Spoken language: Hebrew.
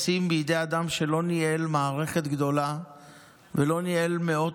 לשים בידי אדם שלא ניהל מערכת גדולה ולא ניהל מאות